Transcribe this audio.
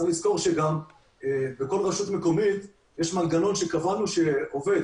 צריך לזכור שבכל רשות מקומית יש מנגנון שקבענו שעובד.